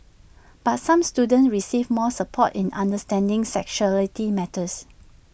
but some students receive more support in understanding sexuality matters